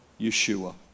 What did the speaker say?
Yeshua